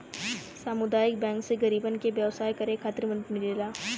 सामुदायिक बैंक से गरीबन के व्यवसाय करे खातिर मदद मिलेला